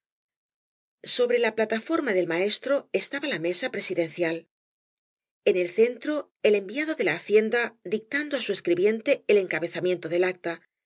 sobre la plataforma del maestro estaba la mesa presidencial en el centro el enviado de la hacienda dictando á su escribiente el encabeza miento del acta y